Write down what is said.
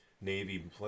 Navy